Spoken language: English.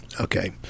okay